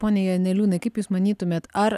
pone janeliūnai kaip jūs manytumėt ar